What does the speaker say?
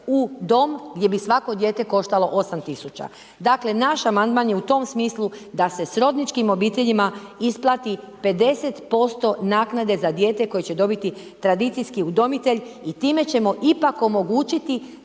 u dom gdje bi svako dijeto koštalo 8.000,00 kn. Dakle, naš Amandman je u tome smislu da se srodničkim obiteljima isplati 50% naknade za dijete koje će dobiti tradicijski udomitelj i time ćemo ipak omogućiti